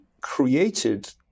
created